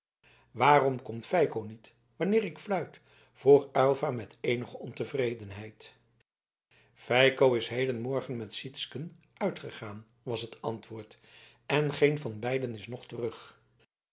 waarom komt feiko niet wanneer ik fluit vroeg aylva met eenige ontevredenheid feiko is hedenmorgen met sytsken uitgegaan was het antwoord en geen van beiden is nog terug